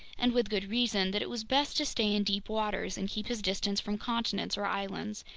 and with good reason, that it was best to stay in deep waters and keep his distance from continents or islands,